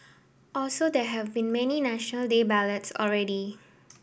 also there have been many National Day ballads already